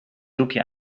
doekje